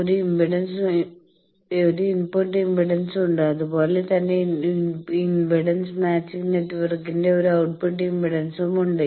ഒരു input impedance ഉണ്ട് അതുപോലെ തന്നെ ഇംപെഡൻസ് മാച്ചിംഗ് നെറ്റ്വർക്കിന്റെ ഒരു ഔട്ട്പുട്ട് ഇംപെഡൻസും ഉണ്ട്